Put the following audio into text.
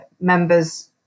members